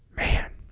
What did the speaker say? man